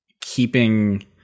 keeping